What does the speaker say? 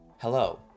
Hello